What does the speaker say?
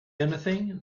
anything